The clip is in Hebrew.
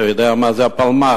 אתה יודע מה זה הפלמ"ח?